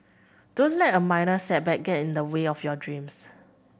don't let a minor setback get in the way of your dreams